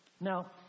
Now